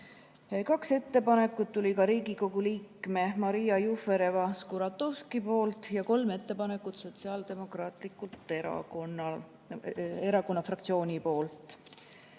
Kaks ettepanekut tuli Riigikogu liikmelt Maria Jufereva-Skuratovskilt ja kolm ettepanekut Sotsiaaldemokraatliku Erakonna fraktsioonilt.